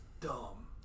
dumb